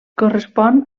correspon